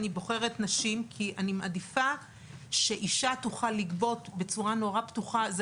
אני בוחרת נשים כי אני מאמינה שאישה תוכל לגבות בצורה נורא פתוחה.